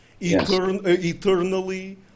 eternally